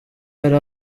yari